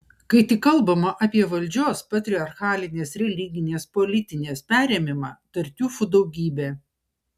kai tik kalbama apie valdžios patriarchalinės religinės politinės perėmimą tartiufų daugybė